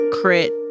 Crit